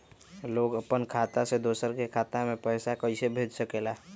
लोग अपन खाता से दोसर के खाता में पैसा कइसे भेज सकेला?